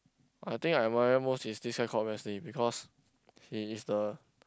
I think I admire most is this guy called Wesley because he is the